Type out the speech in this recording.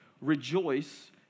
Rejoice